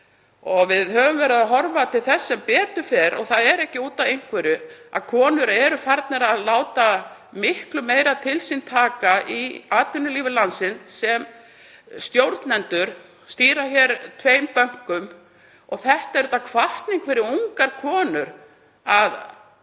Við höfum verið að horfa til þess, sem betur fer, og það er ekki út af einhverju að konur eru farnir að láta miklu meira til sín taka í atvinnulífi landsins sem stjórnendur, stýra hér tveimur bönkum. Það er hvatning fyrir ungar konur að